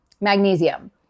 Magnesium